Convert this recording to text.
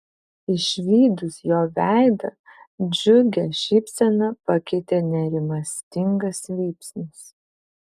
išvydus jo veidą džiugią šypseną pakeitė nerimastingas vypsnis